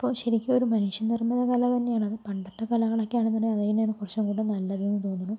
അപ്പോൾ ശരിക്കും ഒരു മനുഷ്യ നിർമ്മിത കല തന്നെയാണ് പണ്ടത്തെ കലകളൊക്കെ ആണെന്നുണ്ടെങ്കിൽ അത് പിന്നെ കുറച്ചും കൂടി നല്ലതെന്ന് തോന്നുന്നു